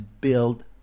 build